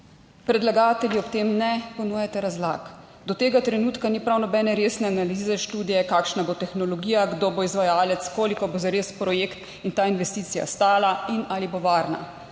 Predlagatelji ob tem ne ponujate razlag. Do tega trenutka ni prav nobene resne analize, študije, kakšna bo tehnologija, kdo bo izvajalec, koliko bo zares projekt in ta investicija stala in ali bo varna.